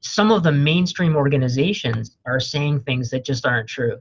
some of the mainstream organizations are saying things that just aren't true.